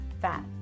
fat